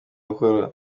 bukora